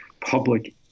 public